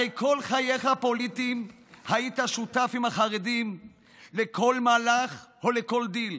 הרי כל חייך הפוליטיים היית שותף לחרדים בכל מהלך ובכל דיל.